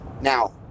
Now